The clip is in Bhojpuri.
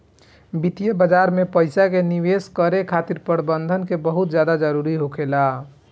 वित्तीय बाजार में पइसा के निवेश करे खातिर प्रबंधन के बहुत ज्यादा जरूरी होखेला